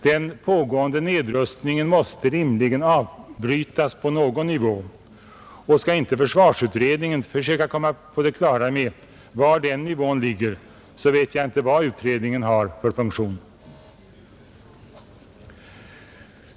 Den pågående nedrustningen måste rimligen avbrytas på någon nivå, och skall inte försvarsutredningen försöka komma på det klara med var den nivån ligger vet jag inte vad utredningen har för funktion.